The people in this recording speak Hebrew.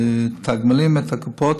מתגמלים את הקופות